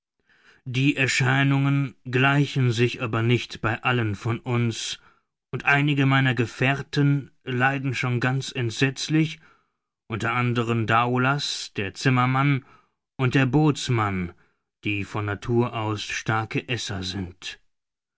die erscheinungen gleichen sich aber nicht bei allen von uns und einige meiner gefährten leiden schon ganz entsetzlich unter anderen daoulas der zimmermann und der bootsmann die von natur starke esser sind